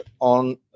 on